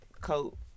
coat